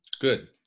Good